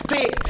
מספיק,